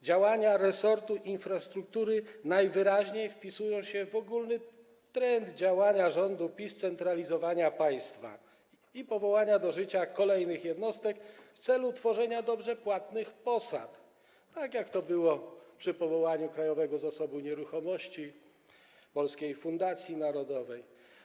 Działania resortu infrastruktury najwyraźniej wpisują się w ogólny trend działania rządu PiS, tj. centralizowania państwa i powoływania do życia kolejnych jednostek w celu tworzenia dobrze płatnych posad, tak jak było przy powołaniu Krajowego Zasobu Nieruchomości i Polskiej Fundacji Narodowej.